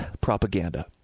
propaganda